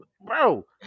Bro